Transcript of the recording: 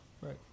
Right